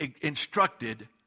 instructed